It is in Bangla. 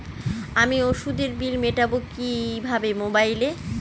আমি ওষুধের বিল মেটাব কিভাবে মোবাইলে?